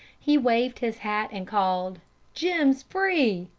he waved his hat, and called jim's free!